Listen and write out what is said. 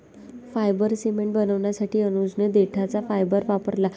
fibre cement बनवण्यासाठी अनुजने देठाचा फायबर वापरला